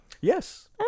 Yes